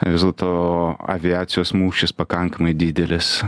vis dėlto aviacijos mūšis pakankamai didelis